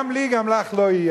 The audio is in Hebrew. גם לי גם לך לא יהיה.